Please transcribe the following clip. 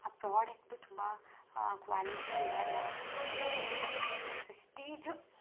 ಆ ಪ್ರಾಡಕ್ಟು ತುಂಬ ಕ್ವ್ಯಾಲಿಟಿ ಇರಲ್ಲ ಆಮೇಲೆ ಪ್ರೆಸ್ಟೀಜು